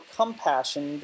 compassion